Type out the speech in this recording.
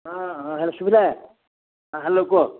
ହଁ ହଁ ହ୍ୟାଲୋ ଶୁଭିଲା ହ ହ୍ୟାଲୋ କୁହ